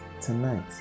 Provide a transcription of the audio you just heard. tonight